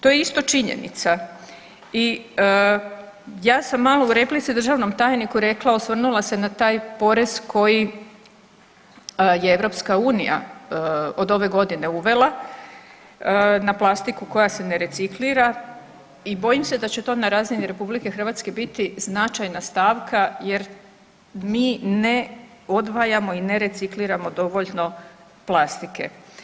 To je isto činjenica i ja sam malo u replici državnom tajniku rekla, osvrnula se na taj porez koji je EU od ove godine uvela na plastiku koja se ne reciklira i bojim se da će to na razini RH biti značajna stavka jer mi ne odvajamo i ne recikliramo dovoljno plastike.